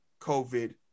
COVID